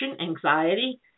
anxiety